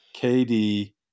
KD